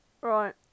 Right